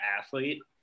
athlete